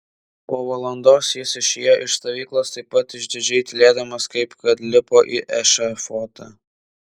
po valandos jis išėjo iš stovyklos taip pat išdidžiai tylėdamas kaip kad lipo į ešafotą